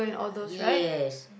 uh yes